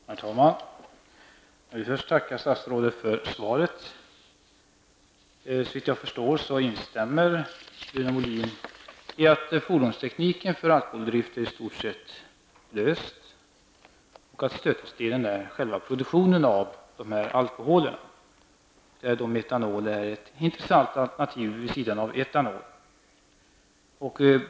Herr talman! Jag vill först tacka statsrådet för svaret. Såvitt jag förstår instämmer Rune Molin i att fordonstekniken för alkoholdrift i stort sett är löst och att stötestenen är själva produktionen av dessa alkoholer, av vilka metanol är ett intressant alternativ vid sidan av etanol.